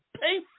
pay